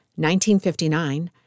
1959